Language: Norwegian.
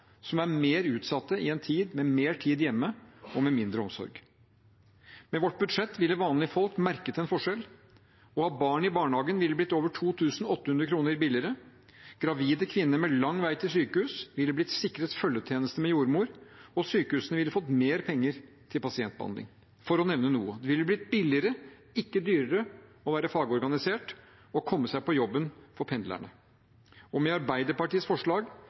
som er mer utsatt i en tid med mer tid hjemme og med mindre omsorg. Med vårt budsjett ville vanlige folk merket en forskjell. Å ha barn i barnehagen ville blitt over 2 800 kr billigere, gravide kvinner med lang vei til sykehus ville blitt sikret følgetjeneste med jordmor, og sykehusene ville fått mer penger til pasientbehandling – for å nevne noe. Det ville blitt billigere, ikke dyrere, å være fagorganisert og å komme seg på jobben for pendlere. Og med Arbeiderpartiets forslag